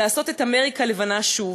"לעשות את אמריקה לבנה שוב".